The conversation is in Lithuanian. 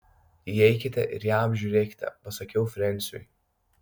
įeikite ir ją apžiūrėkite pasakiau frensiui